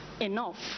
enough